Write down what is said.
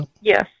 Yes